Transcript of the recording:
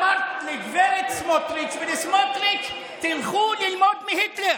את אמרת לגב' סמוטריץ' ולסמוטריץ': תלכו ללמוד מהיטלר.